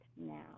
now